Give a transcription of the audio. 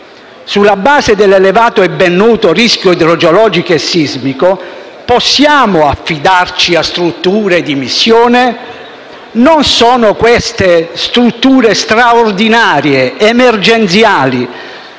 Sulla base dell'elevato e ben noto rischio idrogeologico e sismico, possiamo affidarci a strutture di missione? Non sono queste strutture straordinarie, emergenziali?